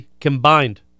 combined